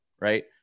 right